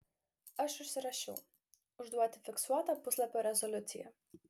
aš užsirašiau užduoti fiksuotą puslapio rezoliuciją